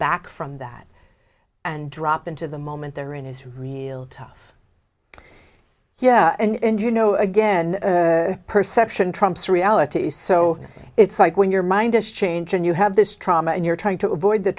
back from that and drop into the moment they're in is real tough yeah and you know again perception trumps reality so it's like when your mind is change and you have this trauma and you're trying to avoid the